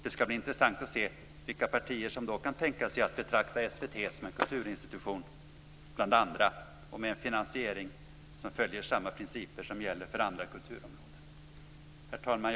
Det ska bli intressant att se vilka partier som då kan tänka sig att betrakta SVT som en kulturinstitution bland andra med en finansiering som följer samma principer som gäller för andra kulturområden. Herr talman!